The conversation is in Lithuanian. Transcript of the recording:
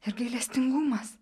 ir gailestingumas